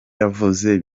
yavuze